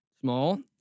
small